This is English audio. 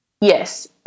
Yes